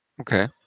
okay